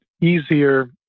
easier